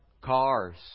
cars